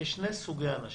יש שני סוגי אנשים: